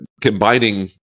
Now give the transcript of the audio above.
combining